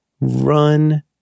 run